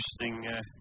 interesting